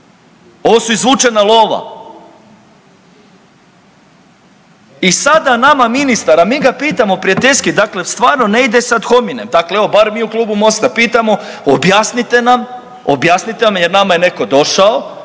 Ovo su izvučena lova i da sada nama ministar, a mi ga pitamo prijateljski, dakle stvarno ne ide se ad hominem bar mi u Klubu MOST-a pitamo objasnite nam, objasnite nam jer nama je netko došao